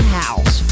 house